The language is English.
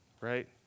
right